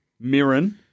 Mirren-